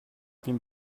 been